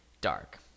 dark